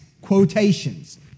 quotations